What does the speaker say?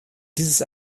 dieses